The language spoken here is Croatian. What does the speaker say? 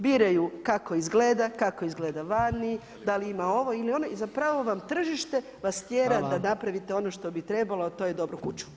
Biraju kako izgleda, kako izgleda vani, da li ima ovo ili ono i zapravo vam tržište vas tjera da napravite ono što bi trebalo, a to je dobru kuću.